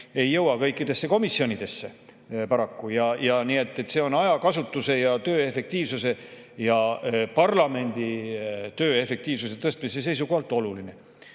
paraku kõikidesse komisjonidesse. Nii et see on ajakasutuse, töö efektiivsuse ja parlamendi töö efektiivsuse tõstmise seisukohalt oluline.